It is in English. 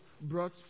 brought